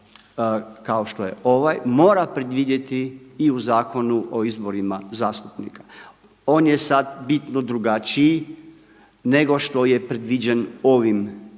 kao što je ovaj, mora predvidjeti i u Zakonu o izborima zastupnika. On je sad bitno drugačiji nego što je predviđen ovim našim